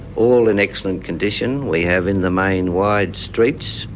all in excellent condition. we have in the main, wide streets,